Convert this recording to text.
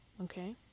okay